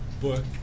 book